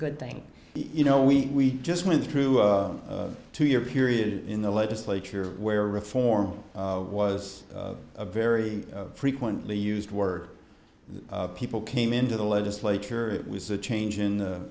good thing you know we just went through two year period in the legislature where reform was a very frequently used word the people came into the legislature it was a change in the